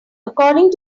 according